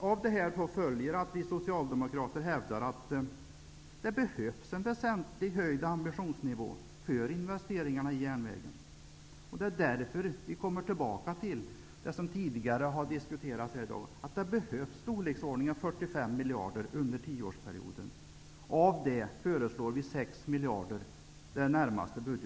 Av detta följer att vi socialdemokrater hävdar att det behövs en väsentligt höjd ambitionsnivå för investeringar i järnvägens infrastruktur. Därför återkommer vi till det som tidigare har diskuterats här i dag, nämligen att det behövs i storleksordningen 45 miljarder under en tioårsperiod. För det närmaste budgetåret föreslår vi 6 miljarder. Fru talman!